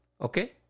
Okay